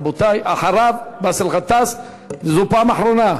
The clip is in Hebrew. רבותי, אחריו, באסל גטאס, וזו פעם אחרונה.